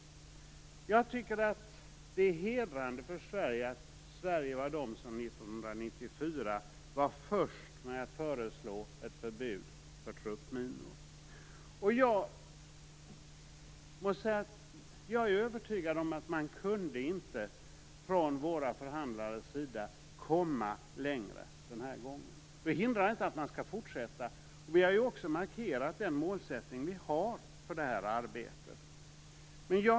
Det är hedrande att Sverige 1994 var först med att föreslå ett förbud mot truppminor. Jag är övertygad om att man från våra förhandlares sida inte kunde komma längre den här gången. Det hindrar inte att man skall fortsätta. Vi har också markerat vilken målsättning vi har i det här arbetet.